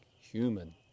human